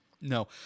No